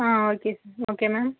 ah okay sir okay ma'am